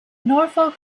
norfolk